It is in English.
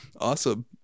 Awesome